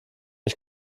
ich